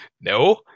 no